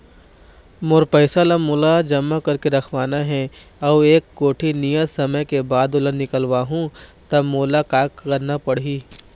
मोला मोर पैसा ला जमा करके रखवाना हे अऊ एक कोठी नियत समय के बाद ओला निकलवा हु ता मोला का करना पड़ही?